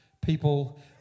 people